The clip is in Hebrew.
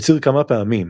הצהיר כמה פעמים,